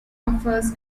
offers